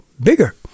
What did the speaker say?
bigger